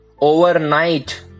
overnight